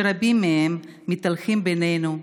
שרבים מהם מתהלכים בינינו.